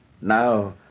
Now